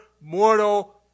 mortal